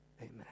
Amen